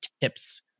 tips